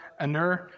Anur